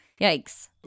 yikes